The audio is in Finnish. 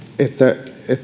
että